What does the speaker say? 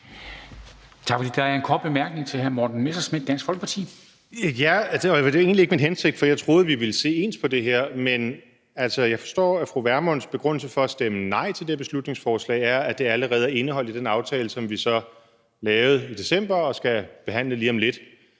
Tak for det. Der er en kort bemærkning til hr. Morten Messerschmidt, Dansk Folkeparti. Kl. 17:09 Morten Messerschmidt (DF): Ja, og det var egentlig ikke min hensigt, for jeg troede, at vi ville se ens på det her. Men jeg forstår, at fru Pernille Vermunds begrundelse for at stemme nej til det her beslutningsforslag er, at det allerede er indeholdt i den aftale, som vi så lavede i december og skal behandle lige om lidt.